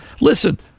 Listen